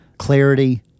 clarity